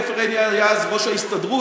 עופר עיני היה אז ראש ההסתדרות,